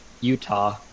Utah